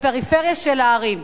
בפריפריה של הערים.